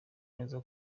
neza